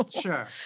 Sure